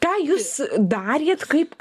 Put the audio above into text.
ką jūs darėt kaip